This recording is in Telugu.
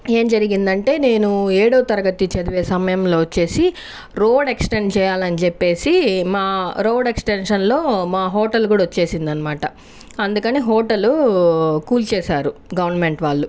ఏం జరిగిందంటే నేను ఏడవ తరగతి చదివే సమయంలో వచ్చేసి రోడ్ ఎక్సటెండ్ చేయాలనిచెప్పేసి మా రోడ్ ఎక్స్టెన్షన్ లో మా హోటల్ కూడా వచ్చేసిందనమాట అందుకని హోటల్ కూల్చేశారు గవర్నమెంట్ వాళ్ళు